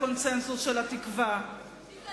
שיש קונסנזוס גם סביב תקווה והסדרים,